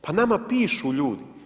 Pa nama pišu ljudi.